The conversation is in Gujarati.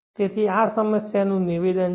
તેથી આ સમસ્યાનું નિવેદન છે